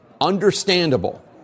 understandable